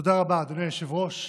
תודה רבה, אדוני היושב-ראש.